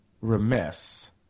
remiss